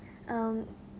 um